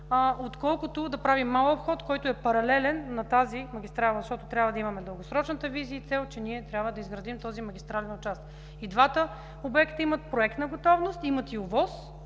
отколкото да правим малък обход, който е паралелен на тази магистрала. Защото трябва да имаме дългосрочната визия и цел, че трябва да изградим този магистрален участък. И двата обекта имат проектна готовност, имат и Оценка